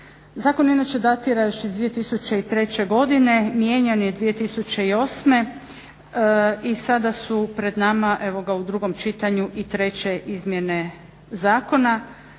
Zakon inače datira još iz 2003. godine mijenjan je 2008. i sada su pred nama u drugom čitanju i treće izmjene zakona.